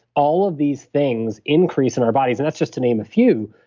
all of these things increase in our bodies, and that's just to name a few,